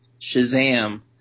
Shazam